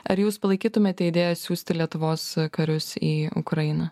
ar jūs palaikytumėte idėją siųsti lietuvos karius į ukrainą